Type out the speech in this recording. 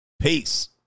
Peace